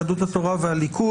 קבוצת יהדות התורה וקבוצת הליכוד.